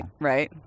Right